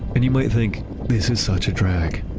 and you might think this is such a drag.